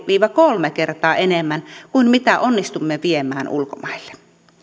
viiva kolme kertaa enemmän kuin mitä onnistumme viemään ulkomaille